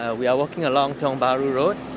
ah we're walking along tiong bahru road.